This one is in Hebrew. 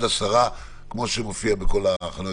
שמירת מרחק,